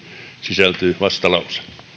sisältyy vastalause